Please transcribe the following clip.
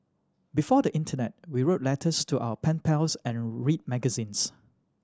before the internet we wrote letters to our pen pals and read magazines